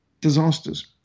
disasters